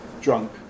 drunk